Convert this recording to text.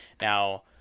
Now